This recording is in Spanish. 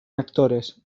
actores